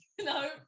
no